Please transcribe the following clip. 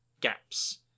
gaps